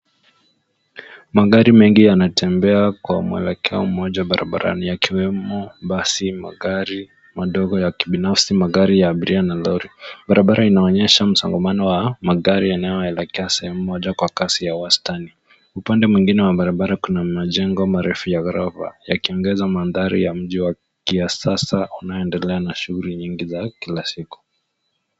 Magari mengi yanatembea kwa mwelekeo moja barabarani, yakiwemo basi, magari madogo ya kibinafsi, magari ya abiria na lori. Barabara inaonyesha msongamano wa magari yanayo elekea sehemu moja kwa kasi ya wastani. Upande mwingine wa barabara kuna majengo marefu ya gorofa yakiongeza mandhari ya mji wa kisasa yanayo endelea na shughuli nyingi za kila siku.